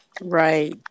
Right